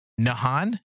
nahan